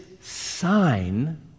sign